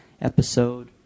episode